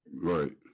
Right